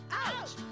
ouch